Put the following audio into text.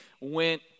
went